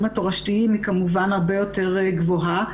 התורשתיים היא כמובן הרבה יותר גבוהה,